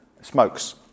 smokes